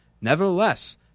nevertheless